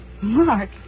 Mark